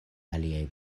aliaj